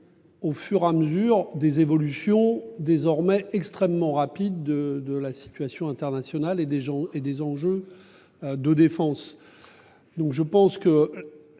Au fur à mesure des évolutions désormais extrêmement rapide de la situation internationale et des gens et des enjeux. De défense. Donc je pense que.